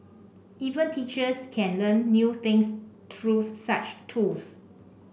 even teachers can learn new things through such tools